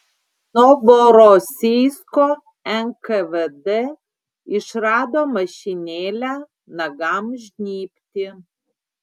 novorosijsko nkvd išrado mašinėlę nagams žnybti